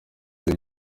ibyo